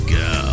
go